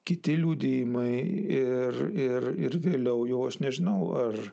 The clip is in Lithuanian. kiti liudijimai ir ir ir vėliau jau aš nežinau ar